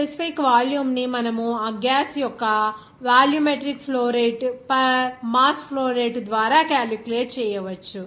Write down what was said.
specific volume ని మనము ఆ గ్యాస్ యొక్క volumetric flow rate per mass flow rate ద్వారా క్యాలిక్యులేట్ చేయవచ్చు